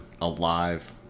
alive